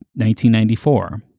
1994